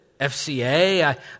FCA